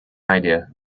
idea